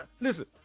Listen